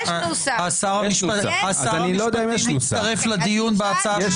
שר המשפטים הצטרף לדיון בהצעה של הוועדה?